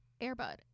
Airbud